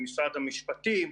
עם משרד המשפטים.